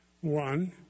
One